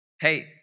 Hey